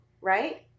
right